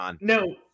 no